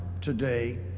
today